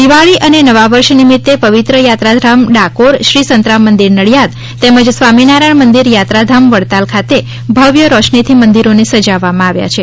દિવાળી અને નવા વર્ષ નિમિત્તે પવિત્ર યાત્રાધામ ડાકોર શ્રી સંતરામ મંદિર નડિથાદ તેમજ સ્વામીનારાયણ મંદિર થાત્રાધામ વડતાલ ખાતે ભવ્ય રોશનીથી મંદિરોને સજાવવામાં આવ્યા છે